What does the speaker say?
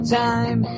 time